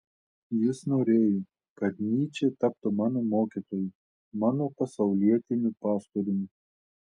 jis norėjo kad nyčė taptų mano mokytoju mano pasaulietiniu pastoriumi